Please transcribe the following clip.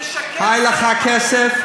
תשקר פחות, היה לך כסף.